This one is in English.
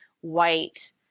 white